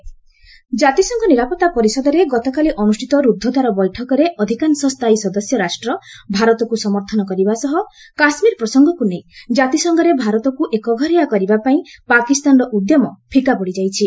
UNSC Kashmir ଜାତିସଂଘ ନିରାପତ୍ତା ପରିଷଦରେ ଗତକାଲି ଅନୁଷ୍ଠିତ ରୁଦ୍ଧଦ୍ୱାର ବୈଠକରେ ଅଧିକାଂଶ ସ୍ଥାୟୀ ସଦସ୍ୟ ରାଷ୍ଟ୍ର ଭାରତକୁ ସମର୍ଥନ କରିବା ସହ କାଶ୍ମୀର ପ୍ରସଙ୍ଗକୁ ନେଇ ଜାତିସଂଘରେ ଭାରତକୁ ଏକଘରିଆ କରିବା ପାଇଁ ପାକିସ୍ତାନର ଉଦ୍ୟମ ଫିକା ପଡ଼ିଯାଇଛି